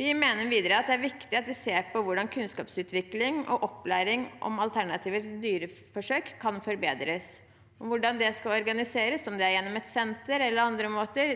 Vi mener videre at det er viktig at vi ser på hvordan kunnskapsutvikling og opplæring om alternativer til dyreforsøk kan forbedres. Hvordan det skal organiseres, om det er gjennom et senter eller på andre måter,